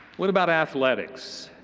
what about athletics?